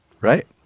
right